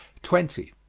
twenty.